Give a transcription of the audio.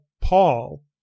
Paul